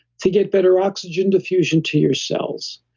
to get better oxygen diffusion to yourselves.